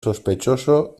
sospechoso